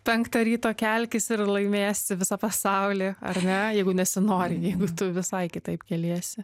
penktą ryto kelkis ir laimėsi visą pasaulį ar ne jeigu nesinori jeigu tu visai kitaip keliesi